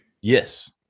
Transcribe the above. yes